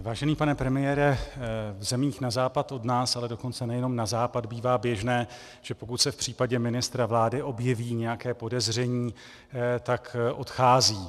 Vážený pane premiére, v zemích na západ od nás, ale dokonce nejenom na západ, bývá běžné, že pokud se v případě ministra vlády objeví nějaké podezření, tak odchází.